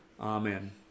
amen